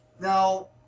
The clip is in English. Now